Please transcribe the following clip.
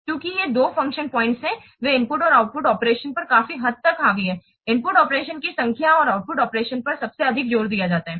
चूँकि ये दो फंक्शन पॉइंट्स हैं वे इनपुट और आउटपुट ऑपरेशंस पर काफी हद तक हावी हैं इनपुट ऑपरेशन की संख्या और आउटपुट ऑपरेशंस पर सबसे अधिक जोर दिया जाता है